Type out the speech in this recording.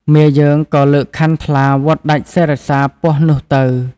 មាយើងក៏លើកខាន់ថ្លាវាត់ដាច់សិរសាពស់នោះទៅ។